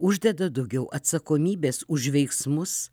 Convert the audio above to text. uždeda daugiau atsakomybės už veiksmus